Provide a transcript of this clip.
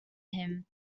him